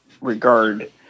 regard